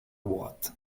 what